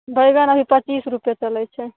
बैगन अभी पचीस रुपए चलैत छै